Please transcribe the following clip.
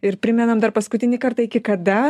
ir primenam dar paskutinį kartą iki kada